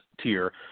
tier